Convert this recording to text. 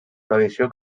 tradició